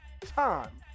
time